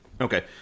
Okay